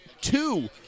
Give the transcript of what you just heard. two